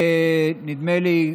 נדמה לי,